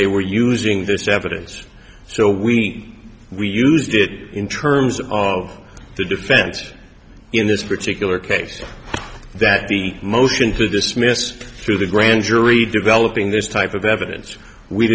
they were using this evidence so we we used it in terms of the defense in this particular case that the motion to dismiss through the grand jury developing this type of evidence we